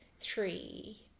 three